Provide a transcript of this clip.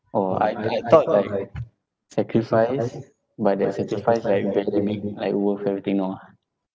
orh I I thought like sacrifice but the sacrifice like like worth everything no ah